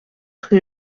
rue